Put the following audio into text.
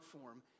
form